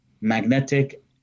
magnetic